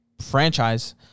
franchise